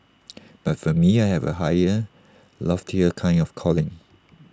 but for me I have A higher loftier A kind of calling